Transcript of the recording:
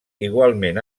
igualment